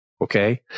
okay